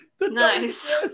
Nice